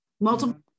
Multiple